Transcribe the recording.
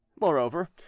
Moreover